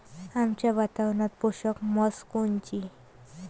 आमच्या वातावरनात पोषक म्हस कोनची?